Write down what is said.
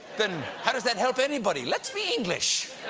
then how does that help anybody? let's be english.